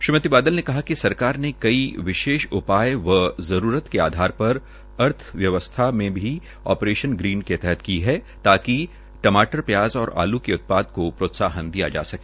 श्रीमती बादल ने कहा कि सरकार ने कइ विशेष उपाय व जरूरत के आधार पर अर्थ की व्यवस्था भी आप्रेशन ग्रीन के तहत की है ताकि टमाटर और आलू के उत्पाद को प्रोत्साहन दिया जा सके